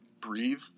breathe